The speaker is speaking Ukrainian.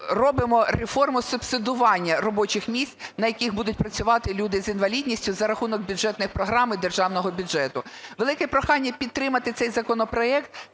робимо реформу субсидування робочих місць, на який будуть працювати люди з інвалідністю за рахунок бюджетної програми державного бюджету. Велике прохання підтримати цей законопроект.